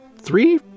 three